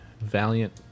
Valiant